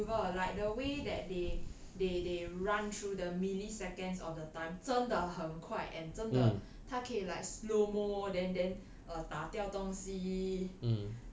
quicksilver like the way that they they they run through the milliseconds of the time 真的很快 and 真的他可以 like slow mo then then uh 打掉东西